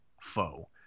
foe